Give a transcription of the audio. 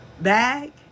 bag